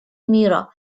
мира